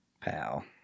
Pal